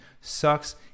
sucks